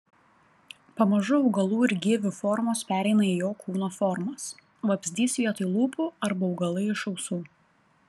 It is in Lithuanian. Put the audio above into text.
pamažu augalų ir gyvių formos pereina į jo kūno formas vabzdys vietoj lūpų arba augalai iš ausų